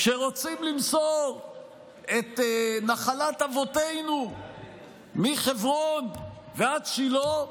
כשרוצים למסור את נחלת אבותינו מחברון ועד שילה,